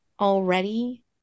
already